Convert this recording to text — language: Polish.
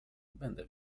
będę